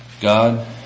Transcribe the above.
God